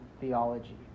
theology